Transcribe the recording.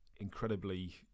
incredibly